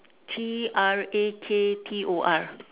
T R A K T O R